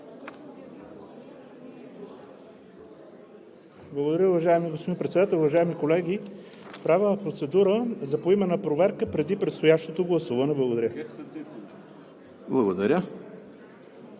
Благодаря. Уважаеми господин Председател, уважаеми колеги! Правя процедура за поименна проверка преди предстоящото гласуване. Благодаря.